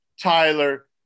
Tyler